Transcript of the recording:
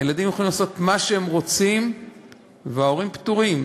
הילדים יכולים לעשות מה שהם רוצים וההורים פטורים.